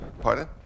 Pardon